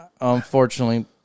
unfortunately